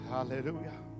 Hallelujah